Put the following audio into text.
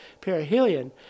perihelion